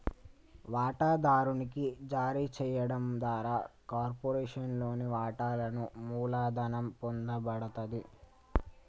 వాటాదారునికి జారీ చేయడం ద్వారా కార్పొరేషన్లోని వాటాలను మూలధనం పొందబడతది